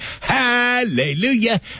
Hallelujah